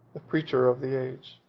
the preacher of the age.